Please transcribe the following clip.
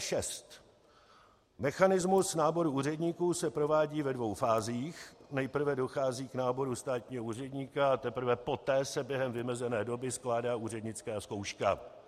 4.6. Mechanismus náboru úředníků se provádí ve dvou fázích nejprve dochází k náboru státního úředníka a teprve poté se během vymezené doby skládá úřednická zkouška.